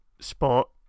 spot